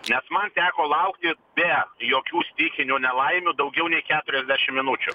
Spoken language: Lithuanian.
nes man teko laukti be jokių stichinių nelaimių daugiau nei keturiasdešim minučių